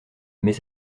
mais